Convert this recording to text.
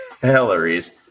calories